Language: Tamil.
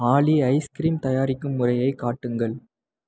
ஆலி ஐஸ்கிரீம் தயாரிக்கும் முறையைக் காட்டுங்கள்